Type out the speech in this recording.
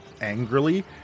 angrily